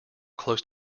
close